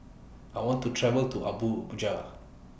I want to travel to Abuja